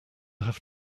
have